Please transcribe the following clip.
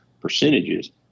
percentages